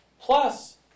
Plus